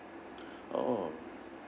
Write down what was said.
orh